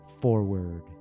forward